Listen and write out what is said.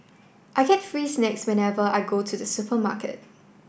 I get free snacks whenever I go to the supermarket